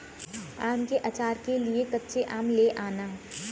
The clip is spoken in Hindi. आम के आचार के लिए कच्चे आम ले आना